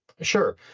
Sure